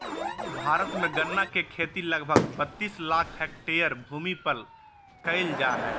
भारत में गन्ना के खेती लगभग बत्तीस लाख हैक्टर भूमि पर कइल जा हइ